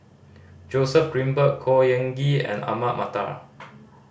Joseph Grimberg Khor Ean Ghee and Ahmad Mattar